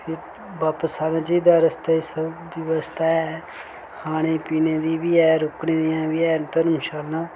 फ्ही बापस आना चाहिदा रस्ते च सब बवस्था ऐ खाने पीने दी बी ऐ रुकने दियां बी हैन धर्मशालां